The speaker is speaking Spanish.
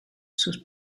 sus